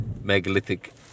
megalithic